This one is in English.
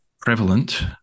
prevalent